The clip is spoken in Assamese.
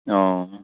অঁ